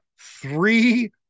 three